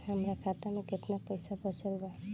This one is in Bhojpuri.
हमरा खाता मे केतना पईसा बचल बा?